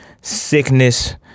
sickness